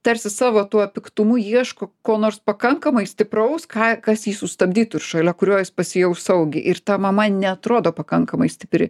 tarsi savo tuo piktumu ieško ko nors pakankamai stipraus ką kas jį sustabdytų ir šalia kurio jis pasijaus saugiai ir ta mama neatrodo pakankamai stipri